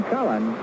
Cullen